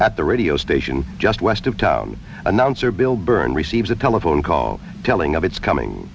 at the radio station just west of town announcer bill burton receives a telephone call telling us it's coming